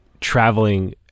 traveling